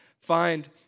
find